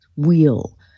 wheel